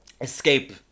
escape